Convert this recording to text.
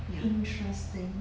interesting